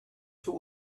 too